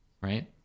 right